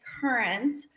current